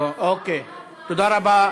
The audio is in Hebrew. תודה רבה.